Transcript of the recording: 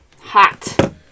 Hot